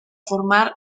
formar